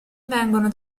vengono